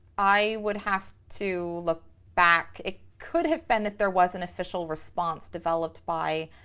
i would have to look back. it could have been that there was an official response developed by